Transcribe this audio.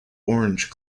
orange